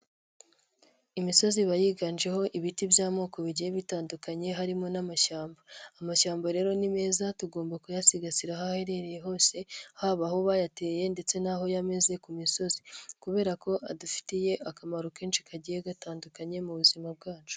Imisozi iba yiganjemo ibiti by'amoko bigiye bitandukanye harimo n'amashyamba, amashyamba rero ni m tugomba kuyasigasira aho aherereye hose haba aho bayateye ndetse n'aho yameze ku misozi kubera ko adufitiye akamaro kenshi kagiye gatandukanye mu buzima bwacu.